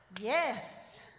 Yes